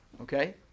okay